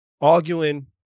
arguing